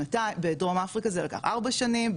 בדרום אפריקה זה לקח ארבע שנים,